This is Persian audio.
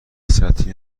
سطری